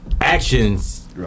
actions